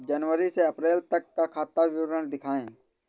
जनवरी से अप्रैल तक का खाता विवरण दिखाए?